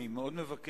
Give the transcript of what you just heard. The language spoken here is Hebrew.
אני מאוד מבקש,